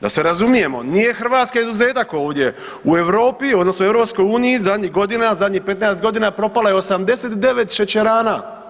Da se razumijemo, nije Hrvatska izuzetak ovdje, u Europi odnosno u EU zadnjih godina, zadnjih 15.g. propalo je 89 šećerana.